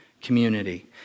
community